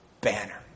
banner